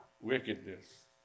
wickedness